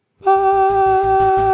bye